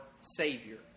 Savior